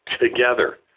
together